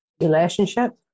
relationship